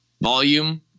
volume